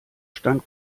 stand